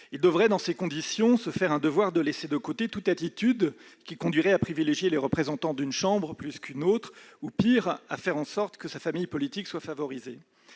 Il devrait, dans ces conditions, se faire un devoir de laisser de côté toute attitude qui conduirait à privilégier les représentants d'une chambre plutôt que ceux d'une autre, ou, pire, à favoriser sa famille politique. Alors